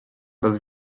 bez